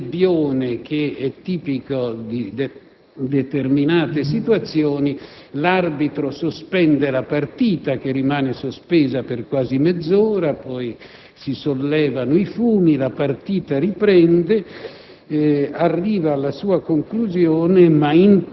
tirati dai tifosi. Si crea quel nebbione tipico di determinate situazioni. L'arbitro sospende la partita, che rimane ferma per quasi mezz'ora. Poi si sollevano i fumi e la partita riprende,